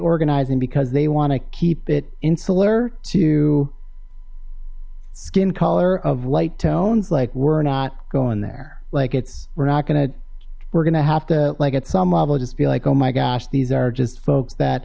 organizing because they want to keep it insular to skin color of light tones like we're not going there like it's we're not gonna we're gonna have to like at some level just be like oh my gosh these are just folks that